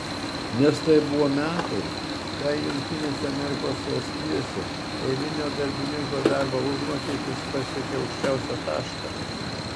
nes tai buvo metai kai jav eilinio darbininko darbo užmokestis pasiekė aukščiausią tašką